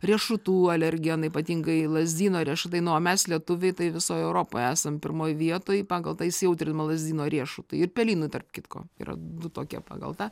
riešutų alergenai ypatingai lazdyno riešutai na o mes lietuviai tai visoj europoje esam pirmoj vietoj pagal tą įsijautrinimą lazdyno riešutui ir pelynui tarp kitko yra du tokie pagal tą